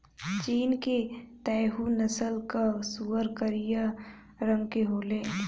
चीन के तैहु नस्ल कअ सूअर करिया रंग के होले